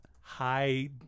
high